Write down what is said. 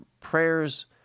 prayers